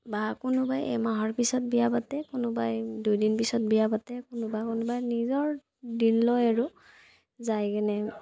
বা কোনোবাই এমাহৰ পিছত বিয়া পাতে কোনোবাই দুদিন পিছত বিয়া পাতে কোনোবা কোনোবাই নিজৰ দিন লয় আৰু যায় কিনে